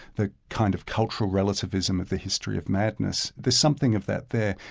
the kind of cultural relativism of the history of madness. there's something of that there,